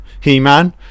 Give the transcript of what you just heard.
He-Man